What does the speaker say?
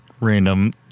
random